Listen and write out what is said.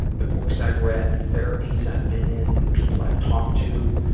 the books i've read, the therapies i've been in, the people i've talked to,